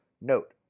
note